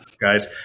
guys